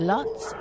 Lots